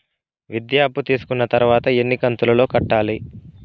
విద్య అప్పు తీసుకున్న తర్వాత ఎన్ని కంతుల లో కట్టాలి?